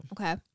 Okay